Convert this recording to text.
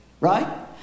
Right